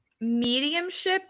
mediumship